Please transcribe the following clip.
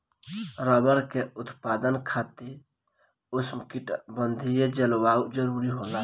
rubber के उत्पादन खातिर उष्णकटिबंधीय जलवायु जरुरी होला